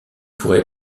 pourrait